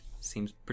seems